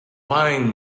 fine